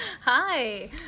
Hi